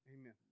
Amen